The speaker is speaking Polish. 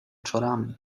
czorami